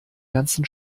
ganzen